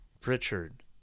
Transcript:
Pritchard